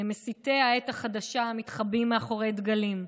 למסיתי העת החדשה המתחבאים מאחורי דגלים,